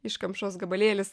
iškamšos gabalėlis